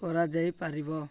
କରାଯାଇପାରିବ